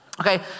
Okay